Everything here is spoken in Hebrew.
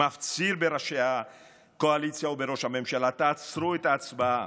מפציר בראשי הקואליציה ובראש הממשלה: תעצרו את ההצבעה.